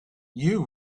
you